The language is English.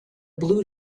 blue